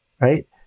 right